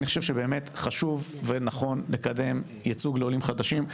אני חושב שבאמת חשוב ונכון לקדם ייצוג לעולים חדשים.